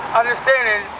understanding